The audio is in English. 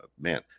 man